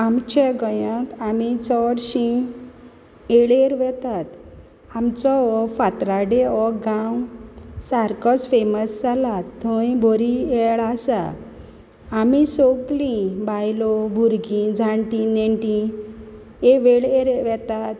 आमच्या गोंयांत आमी चोडशीं येळेर वतात आमची हो फातराडे हो गांव सारकोच फेमस जाला थंय बोरी येळ आसा आमी सोगली बायलो भुरगीं जाणटीं नेणटीं हे वेळेर वेतात